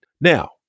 Now